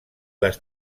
les